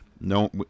no